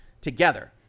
together